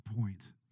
point